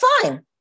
fine